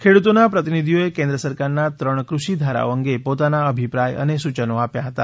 ખેડૂતોના પ્રતિનીધીઓએ કેન્દ્ર સરકારના ત્રણ ક્રષિ ધારાઓ અંગે પોતાના અભિપ્રાય અને સૂચનો આપ્યા હતા